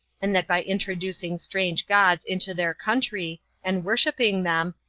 and that by introducing strange gods into their country, and worshipping them,